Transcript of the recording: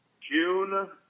June